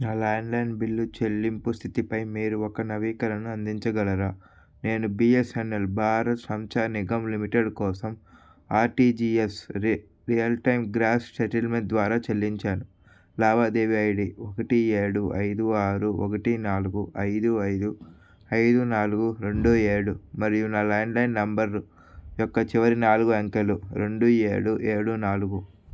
నా landline bill చెల్లింపు స్థితిపై మీరు ఒక నవీకరణను అందించగలరా నేను బిఎస్ఎన్ఎల్ భారత్ సంచార్ నిగమ్ లిమిటెడ్ కోసం RTGS real time gross settlement ద్వారా చెల్లించాను లావాదేవీ ఐడి ఒకటి ఏడు ఐదు ఆరు ఒకటి నాలుగు ఐదు ఐదు ఐదు నాలుగు రెండు ఏడు మరియు నా ల్యాండ్లైన్ నంబర్ యొక్క చివరి నాలుగు అంకెలు రెండు ఏడు ఏడు నాలుగు